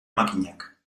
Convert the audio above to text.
makinak